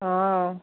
હં